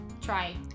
try